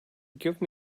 give